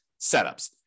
setups